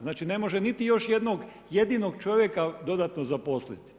Znači ne može niti još jednog jedinog čovjeka dodatno zaposliti.